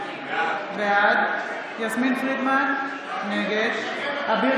בעד יסמין פרידמן, נגד אביר